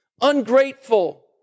ungrateful